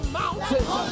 mountains